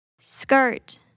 Skirt